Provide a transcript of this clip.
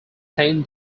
ten